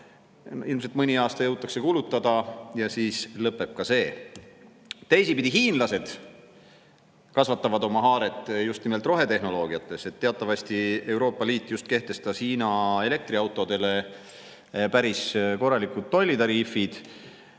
Ilmselt mõni aasta jõutakse kulutada ja siis lõpeb ka see. Teiseks, hiinlased kasvatavad oma haaret just nimelt rohetehnoloogia [valdkonnas]. Teatavasti kehtestas Euroopa Liit just Hiina elektriautodele päris korralikud tollitariifid.